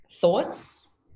thoughts